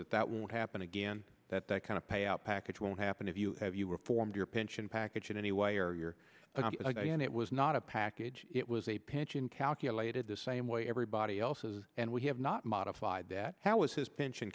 that that won't happen again that that kind of payout package will happen if you have you reform your pension package in any way or you're a guy and it was not a package it was a pension calculated the same way everybody else's and we have not modified that how is his pension